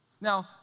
Now